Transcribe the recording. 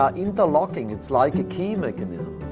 are interlocking. it's like a key mechanism.